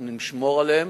אנחנו נשמור עליהם,